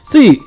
See